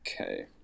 Okay